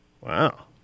Wow